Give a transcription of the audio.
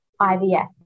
IVF